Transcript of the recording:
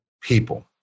people